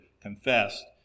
confessed